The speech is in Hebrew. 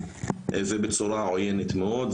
ובצורה עוינת מאוד,